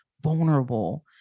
vulnerable